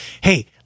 hey